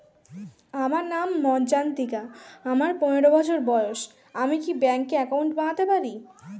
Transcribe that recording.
আমার নাম মজ্ঝন্তিকা, আমার পনেরো বছর বয়স, আমি কি ব্যঙ্কে একাউন্ট বানাতে পারি?